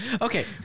Okay